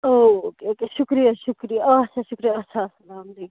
okay okay شُکریہ شُکریہ آچھا شُکریہ اچھا اَلسلامُ علیکُم